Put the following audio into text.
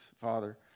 father